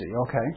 okay